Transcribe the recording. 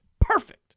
Perfect